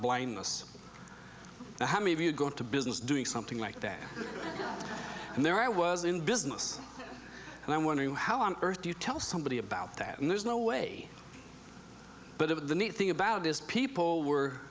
blindness how many of you go into business doing something like that and there i was in business and i wonder how on earth do you tell somebody about that and there's no way but of the neat thing about this people were